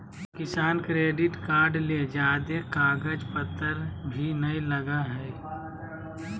किसान credit card ले ज्यादे कागज पतर भी नय लगय हय